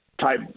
type